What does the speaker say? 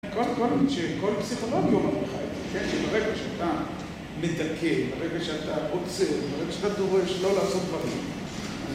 כל פסיכולוגיה אומרה לך את זה, שברגע שאתה מתקן, ברגע שאתה עוצר, ברגע שאתה דורש לא לעשות דברים